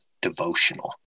devotional